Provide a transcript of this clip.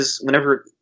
whenever